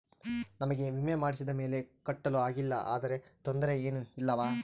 ನಮಗೆ ವಿಮೆ ಮಾಡಿಸಿದ ಮೇಲೆ ಕಟ್ಟಲು ಆಗಿಲ್ಲ ಆದರೆ ತೊಂದರೆ ಏನು ಇಲ್ಲವಾ?